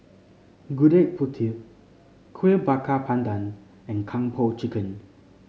Gudeg Putih Kuih Bakar Pandan and Kung Po Chicken